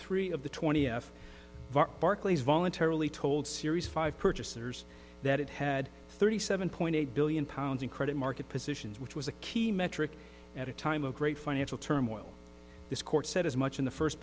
three of the twenty f barclays voluntarily told series five purchasers that it had thirty seven point eight billion pounds in credit market positions which was a key metric at a time of great financial turmoil this court said as much in the first